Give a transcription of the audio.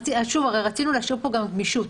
שוב, הרי רצינו להשאיר פה גם גמישות.